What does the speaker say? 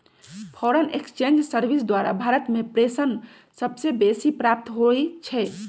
foreign exchange service द्वारा भारत में प्रेषण सबसे बेसी प्राप्त होई छै